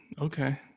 okay